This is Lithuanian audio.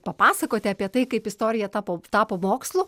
papasakoti apie tai kaip istorija tapo tapo mokslu